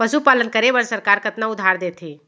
पशुपालन करे बर सरकार कतना उधार देथे?